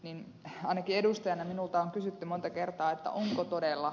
niin hän tiedusteli minulta kysytty monta kertaa todella